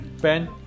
Ben